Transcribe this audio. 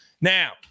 Now